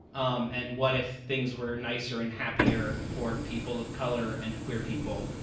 um and what if things were nicer and happier for people of color and queer people?